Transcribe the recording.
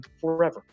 forever